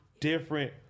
different